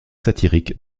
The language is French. satirique